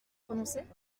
prononcées